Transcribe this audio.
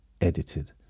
edited